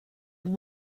will